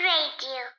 Radio